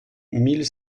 mille